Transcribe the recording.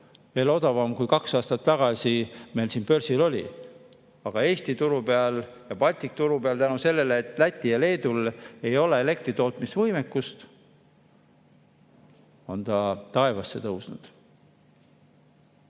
veel odavam kui kaks aastat tagasi meil siin börsil oli. Aga Eesti turul ja Balti turul on see selle tõttu, et Lätil ja Leedul ei ole elektritootmisvõimekust, taevasse tõusnud.